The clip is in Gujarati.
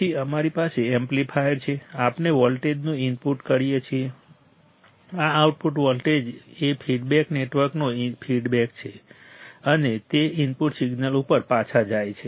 પછી અમારી પાસે એમ્પ્લીફાયર છે આપણે વોલ્ટેજનું આઉટપુટ કરીએ છીએ આ આઉટપુટ વોલ્ટેજ એ ફીડબેક નેટવર્કનો ફીડબેક છે અને તે ઇનપુટ સિગ્નલ ઉપર પાછા જાય છે